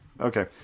Okay